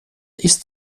ist